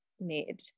made